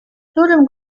którym